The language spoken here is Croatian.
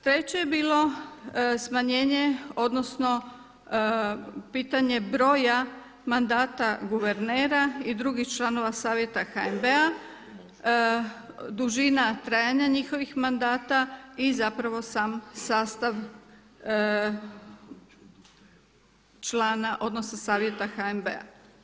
Treće je bilo smanjenje, odnosno pitanje broja mandata guvernera i drugih članova savjeta HNB-a, dužina trajanja njihovih mandata i zapravo sam sastav člana, odnosa Savjeta HNB-a.